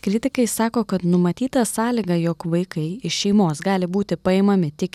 kritikai sako kad numatyta sąlyga jog vaikai iš šeimos gali būti paimami tik